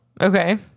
Okay